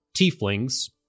tieflings